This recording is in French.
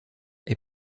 est